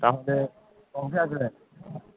তাহলে কবে আসবেন